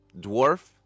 dwarf